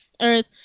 Earth